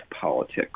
politics